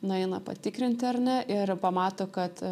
nueina patikrinti ar ne ir pamato kad